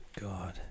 God